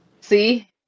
see